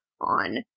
on